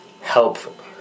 help